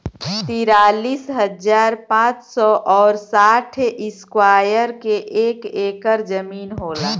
तिरालिस हजार पांच सौ और साठ इस्क्वायर के एक ऐकर जमीन होला